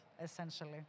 essentially